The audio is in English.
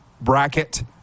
bracket